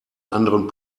anderen